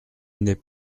n’est